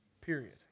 period